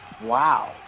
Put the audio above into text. Wow